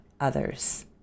others